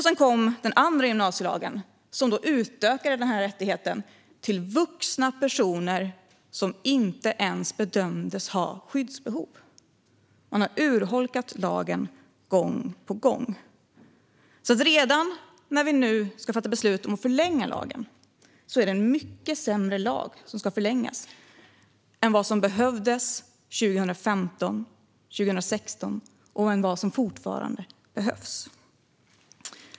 Sedan kom den andra gymnasielagen, som utökade rättigheten till vuxna personer som inte ens bedömdes ha skyddsbehov. Man har urholkat lagen gång på gång. När vi nu ska fatta beslut om att förlänga lagen är det en mycket sämre lag som ska förlängas än vad som behövdes 2015 och 2016 eller vad som ens behövs nu.